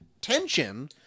tension